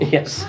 Yes